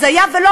אז היה ולא,